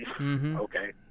Okay